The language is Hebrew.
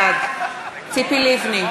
בעד ציפי לבני,